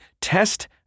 Test